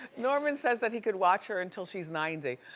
norman says that he could watch her until she's ninety.